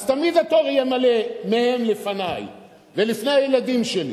אז תמיד התור יהיה מלא מהם לפני ולפני הילדים שלי